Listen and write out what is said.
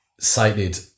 cited